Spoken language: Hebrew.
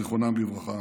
זיכרונם לברכה,